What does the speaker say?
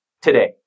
today